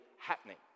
happening